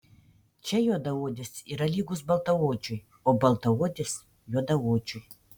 čia juodaodis yra lygus baltaodžiui o baltaodis juodaodžiui